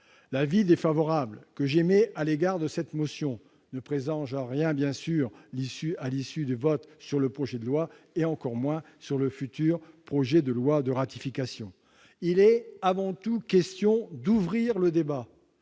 L'avis défavorable que j'émets à l'égard de cette motion ne présage bien sûr en rien l'issue des votes sur le projet de loi d'habilitation et encore moins sur le futur projet de loi de ratification. Il est avant tout question d'ouvrir le débat.